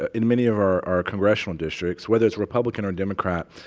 in many of our our congressional districts, whether it's republican or democrat,